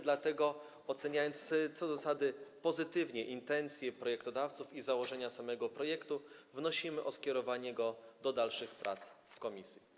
Dlatego oceniając co do zasady pozytywnie intencje projektodawców i założenia samego projektu, wnosimy o skierowanie go do dalszych prac w komisji.